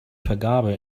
vergabe